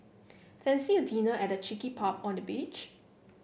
fancy a dinner at a cheeky pub on the beach